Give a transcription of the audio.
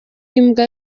imbwa